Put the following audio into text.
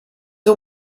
ont